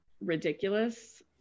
ridiculous